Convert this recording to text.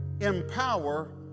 empower